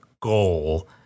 goal